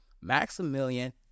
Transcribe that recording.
Maximilian